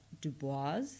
Dubois